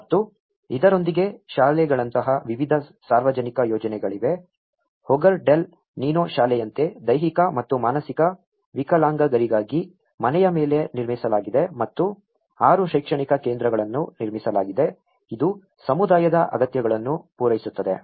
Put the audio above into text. ಮತ್ತು ಇದರೊಂದಿಗೆ ಶಾಲೆಗಳಂತಹ ವಿವಿಧ ಸಾರ್ವಜನಿಕ ಯೋಜನೆಗಳಿವೆ ಹೋಗರ್ ಡೆಲ್ ನಿನೋ ಶಾಲೆಯಂತೆ ದೈಹಿಕ ಮತ್ತು ಮಾನಸಿಕ ವಿಕಲಾಂಗರಿಗಾಗಿ ಮನೆಯ ಮೇಲೆ ನಿರ್ಮಿಸಲಾಗಿದೆ ಮತ್ತು 6 ಶೈಕ್ಷಣಿಕ ಕೇಂದ್ರಗಳನ್ನು ನಿರ್ಮಿಸಲಾಗಿದೆ ಇದು ಸಮುದಾಯದ ಅಗತ್ಯಗಳನ್ನು ಪೂರೈಸುತ್ತದೆ